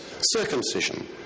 circumcision